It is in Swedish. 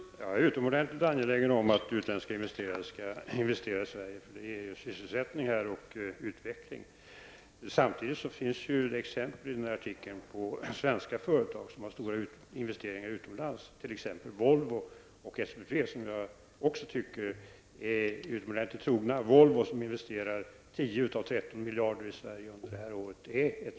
Herr talman! Jag är utomordentligt angelägen om att utländska investerare skall investera i Sverige -- det ger ju sysselsättning och utveckling här. Samtidigt finns i artikeln i fråga exempel på svenska företag som har stora investeringar utomlands, t.ex. Volvo och SPP, som jag också tycker är utomordentligt trogna. Volvo investerar 10 av 13 miljarder i Sverige under det här året.